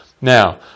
Now